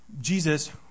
Jesus